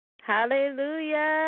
Hallelujah